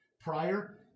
prior